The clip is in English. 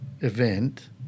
event